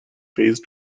phase